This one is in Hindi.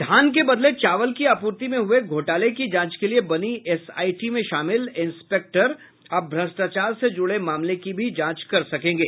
धान के बदले चावल की आपूर्ति में हुये घोटाले की जांच के लिए बनी एसआईटी में शामिल इंस्पेक्टर अब भ्रष्टाचार से जुड़े मामले की भी जांच कर सकेंगे